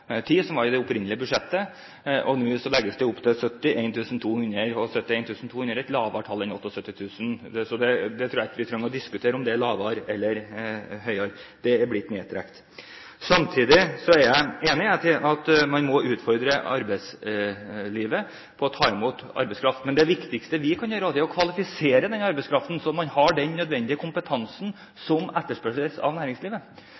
i det opprinnelige budsjettet, og nå legges det opp til 71 200. 71 200 er et lavere tall enn 78 000 – vi trenger ikke å diskutere om tallet er lavere eller høyere, det er blitt trukket ned. Samtidig er jeg enig i at man må utfordre arbeidslivet til å ta imot arbeidskraft. Men det viktigste vi kan gjøre, er å kvalifisere den arbeidskraften, sånn at man har den nødvendige kompetansen som etterspørres av næringslivet.